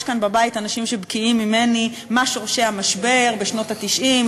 יש כאן בבית אנשים שבקיאים ממני בנושא שורשי המשבר בשנות ה-90,